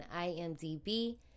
IMDb